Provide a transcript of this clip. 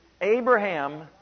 Abraham